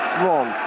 wrong